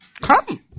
Come